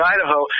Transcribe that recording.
Idaho